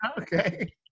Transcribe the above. Okay